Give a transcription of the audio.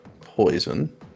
poison